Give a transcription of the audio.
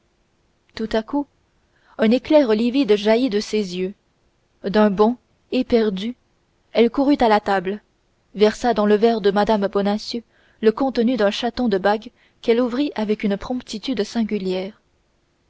tout à coup un éclair livide jaillit de ses yeux d'un bond éperdue elle courut à la table versa dans le verre de mme bonacieux le contenu d'un chaton de bague qu'elle ouvrit avec une promptitude singulière